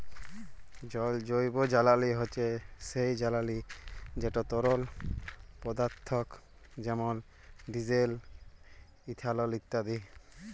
জল জৈবজ্বালানি হছে সেই জ্বালানি যেট তরল পদাথ্থ যেমল ডিজেল, ইথালল ইত্যাদি